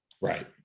Right